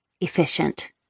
Efficient